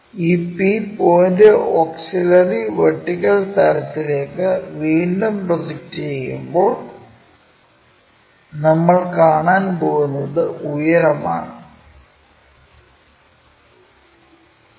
ഈ P point auxiliary vertical തലത്തിലേക്ക് വീണ്ടും പ്രൊജക്റ്റ് ചെയ്യുമ്പോൾ നമ്മൾ കാണാൻ പോകുന്നത് ഉയരം ആണ്